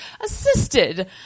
assisted